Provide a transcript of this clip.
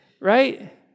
right